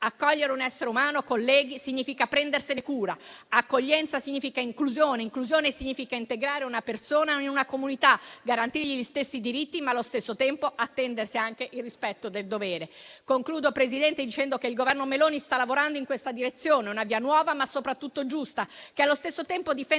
Accogliere un essere umano, colleghi, significa prendersene cura. Accoglienza significa inclusione ed inclusione significa integrare una persona in una comunità, garantirle gli stessi diritti, ma, allo stesso tempo, attendersi anche il rispetto dei doveri. Signor Presidente, concludo dicendo che il Governo Meloni sta lavorando in questa direzione. Una via nuova, ma soprattutto giusta, che allo stesso tempo difenda